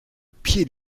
pied